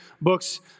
books